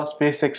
SpaceX